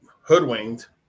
hoodwinked